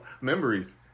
memories